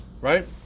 right